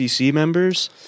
members